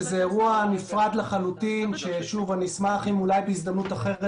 זה אירוע נפרד לחלוטין ואני אשמח אם אולי בהזדמנות אחרת